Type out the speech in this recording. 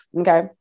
Okay